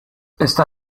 está